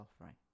offering